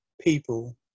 people